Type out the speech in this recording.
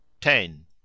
ten